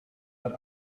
what